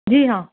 جی ہاں